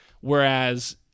whereas